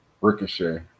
Ricochet